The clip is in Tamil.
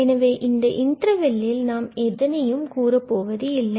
எனவே இந்த இன்டர்வெல்லில் நாம் எதனையும் கூறப்போவது இல்லை